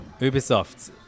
Ubisoft